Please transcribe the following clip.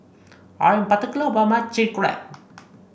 I am particular about my Chili Crab